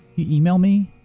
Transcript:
you email me?